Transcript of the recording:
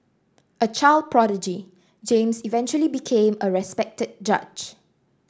a child prodigy James eventually became a respected judge